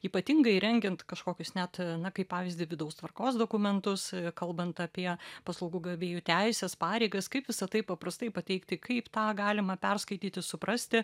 ypatingai rengiant kažkokius net na kaip pavyzdį vidaus tvarkos dokumentus kalbant apie paslaugų gavėjų teises pareigas kaip visa tai paprastai pateikti kaip tą galima perskaityti suprasti